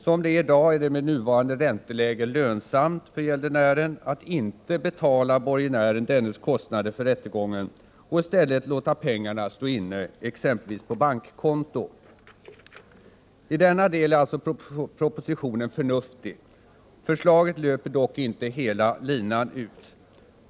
Som det är i dag är det med nuvarande ränteläge lönsamt för gäldenären att inte betala borgenären dennes kostnader för rättegången och i stället låta pengarna stå inne exempelvis på bankkonto. I denna del är alltså propositionen förnuftig. Förslaget löper dock inte hela linan ut.